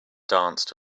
danced